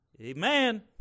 Amen